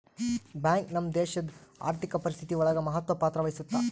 bank ನಮ್ ದೇಶಡ್ ಆರ್ಥಿಕ ಪರಿಸ್ಥಿತಿ ಒಳಗ ಮಹತ್ವ ಪತ್ರ ವಹಿಸುತ್ತಾ